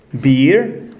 beer